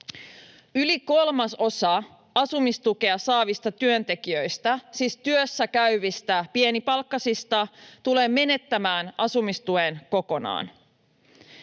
Yli kolmasosa asumistukea saavista työntekijöistä, siis työssäkäyvistä pienipalkkaisista, tulee menettämään asumistuen kokonaan.